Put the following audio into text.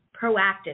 proactive